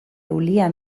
eulia